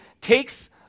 takes